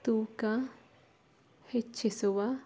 ತೂಕ ಹೆಚ್ಚಿಸುವ